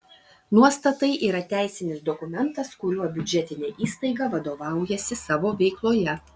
nuostatai yra teisinis dokumentas kuriuo biudžetinė įstaiga vadovaujasi savo veikloje